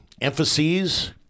emphases